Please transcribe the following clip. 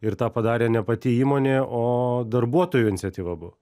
ir tą padarė ne pati įmonė o darbuotojų iniciatyva buvo